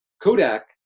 Kodak